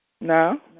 No